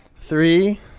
Three